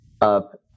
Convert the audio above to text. up